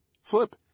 Flip